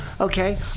okay